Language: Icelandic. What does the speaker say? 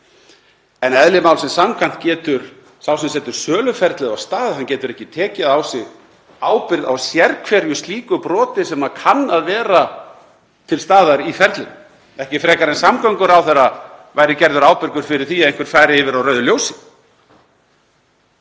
En eðli málsins samkvæmt getur sá sem setur söluferlið af stað ekki tekið á sig ábyrgð á sérhverju slíku broti sem kann að vera til staðar í ferlinu, ekki frekar en samgönguráðherra væri gerður ábyrgur fyrir því að einhver færi yfir á rauðu ljósi.